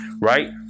Right